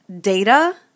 data